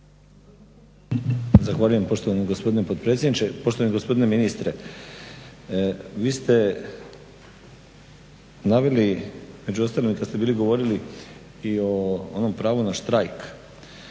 Zahvaljujem poštovani gospodine potpredsjedničke. Poštovani gospodine ministre, vi ste naveli među ostalim i kad ste bili govorili i o onom pravu na štrajk,